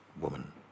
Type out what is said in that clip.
woman